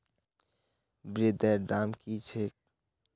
ब्रेदेर दाम की छेक